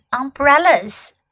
umbrellas